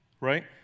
right